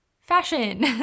fashion